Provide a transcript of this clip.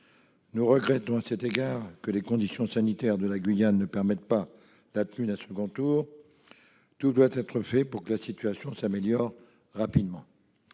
Nous regrettons que les conditions sanitaires en Guyane ne permettent pas la tenue d'un second tour. Tout doit être fait pour que la situation s'y améliore rapidement.